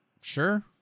sure